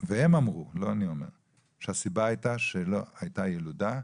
והם אמרו שהסיבה הייתה שלא הייתה ילודה,